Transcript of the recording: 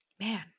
Man